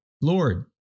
Lord